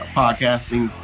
podcasting